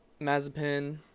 Mazepin